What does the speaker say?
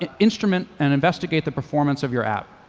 and instrument and investigate the performance of your app.